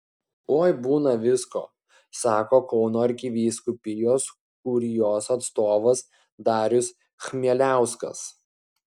oi būna visko sako kauno arkivyskupijos kurijos atstovas darius chmieliauskas